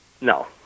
No